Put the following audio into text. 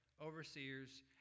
overseers